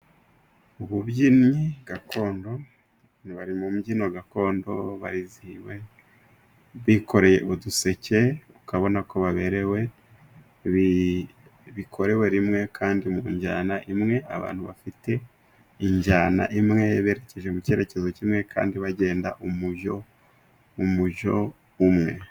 Ububyinnyi gakondo, Aba bari mu mbyino gakondo, barizihiwe, bikoreye uduseke, ukabona ko baberewe, bikorewe rimwe kandi mu njyana imwe, abantu bafite injyana imwe, berekeje mu cyerekezo kimwe, kandi bagenda umujyo, umujyo umwe.